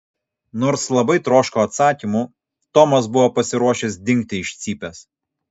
nors labai troško atsakymų tomas buvo pasiruošęs dingti iš cypės